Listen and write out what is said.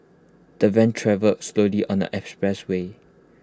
the van travelled slowly on the expressway